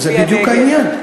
זה בדיוק העניין.